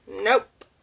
Nope